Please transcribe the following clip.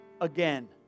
again